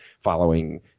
following